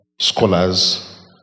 scholars